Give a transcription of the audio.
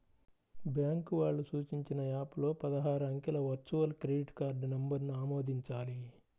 bank వాళ్ళు సూచించిన app లో పదహారు అంకెల వర్చువల్ క్రెడిట్ కార్డ్ నంబర్ను ఆమోదించాలి